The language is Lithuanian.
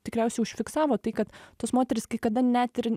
tikriausiai užfiksavo tai kad tos moterys kai kada net ir